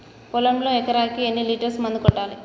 పొలంలో ఎకరాకి ఎన్ని లీటర్స్ మందు కొట్టాలి?